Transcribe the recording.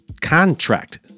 contract